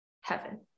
heaven